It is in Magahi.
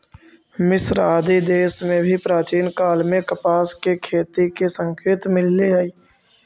मिस्र आदि देश में भी प्राचीन काल में कपास के खेती के संकेत मिलले हई